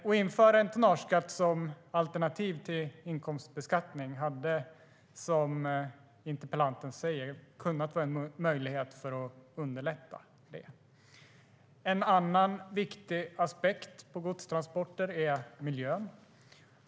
Ett införande av tonnageskatt som alternativ till inkomstbeskattning hade, som interpellanten säger, kunnat vara en möjlighet att underlätta detta. En annan viktig aspekt på godstransporter är miljön.